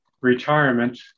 retirement